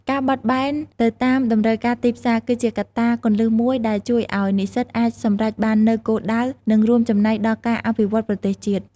ការបត់បែនទៅតាមតម្រូវការទីផ្សារ គឺជាកត្តាគន្លឹះមួយដែលជួយឱ្យនិស្សិតអាចសម្រេចបាននូវគោលដៅ និងរួមចំណែកដល់ការអភិវឌ្ឍប្រទេសជាតិ។